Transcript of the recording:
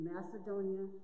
Macedonia